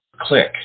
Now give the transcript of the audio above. click